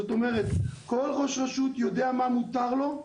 זאת אומרת כל ראש רשות יודע מה מותר לו,